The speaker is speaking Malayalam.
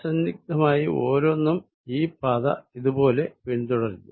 അസന്നിഗ്ധമായി ഓരോന്നും ഈ പാത ഇത് പോലെ പിന്തുടരുന്നു